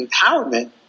empowerment